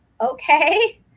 okay